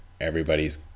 Everybody's